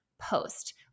post